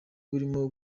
burimo